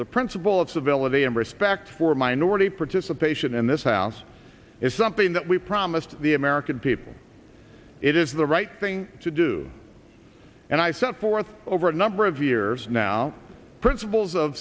the principle of civility and respect for minority participation in this house is something that we promised the american people it is the right thing to do and i set forth over a number of years now principles of